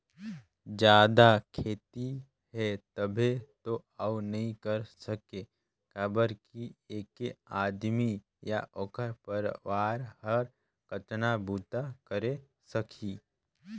जादा खेती हे तभे तो अउ नइ कर सके काबर कि ऐके आदमी य ओखर परवार हर कतना बूता करे सकही